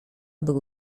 był